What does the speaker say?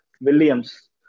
Williams